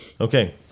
Okay